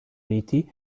riti